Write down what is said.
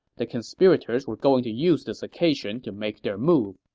the conspirators were going to use this occasion to make their move.